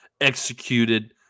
executed